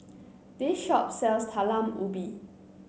this shop sells Talam Ubi